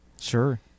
Sure